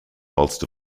whilst